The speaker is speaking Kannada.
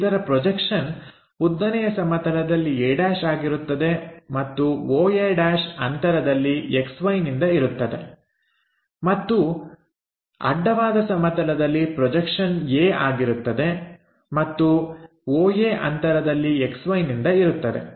ಇದರ ಪ್ರೊಜೆಕ್ಷನ್ ಉದ್ದನೆಯ ಸಮತಲದಲ್ಲಿ a' ಆಗಿರುತ್ತದೆ ಮತ್ತು Oa' ಅಂತರದಲ್ಲಿ XY ನಿಂದ ಇರುತ್ತವೆ ಮತ್ತು ಅಡ್ಡವಾದ ಸಮತಲದಲ್ಲಿ ಪ್ರೊಜೆಕ್ಷನ್ a ಆಗಿರುತ್ತವೆ ಮತ್ತು Oa ಅಂತರದಲ್ಲಿ XYನಿಂದ ಇರುತ್ತವೆ